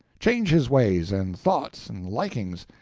change his ways and thoughts and likings,